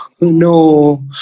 no